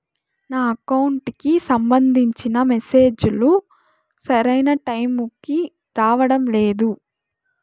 నా అకౌంట్ కి సంబంధించిన మెసేజ్ లు సరైన టైముకి రావడం లేదు